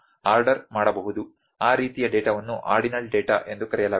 ಆ ರೀತಿಯ ಡೇಟಾವನ್ನು ಆರ್ಡಿನಲ್ ಡೇಟಾ ಎಂದು ಕರೆಯಲಾಗುತ್ತದೆ